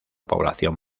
población